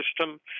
system